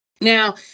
Now